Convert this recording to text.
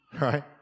Right